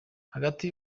hagati